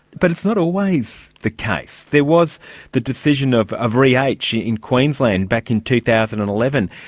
but it's not always the case. there was the decision of of re h in queensland back in two thousand and eleven.